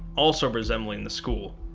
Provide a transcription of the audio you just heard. also resembling the school,